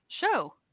show